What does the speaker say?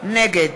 נגד